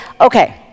okay